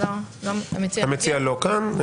המציע לא כאן.